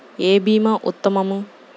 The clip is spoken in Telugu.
ఏ భీమా ఉత్తమము?